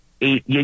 eight